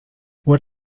what